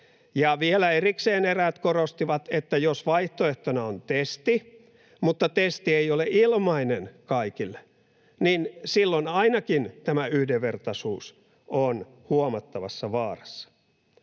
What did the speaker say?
Vielä erikseen eräät korostivat, että jos vaihtoehtona on testi mutta testi ei ole ilmainen kaikille, niin silloin ainakin tämä yhdenvertaisuus on huomattavassa vaarassa.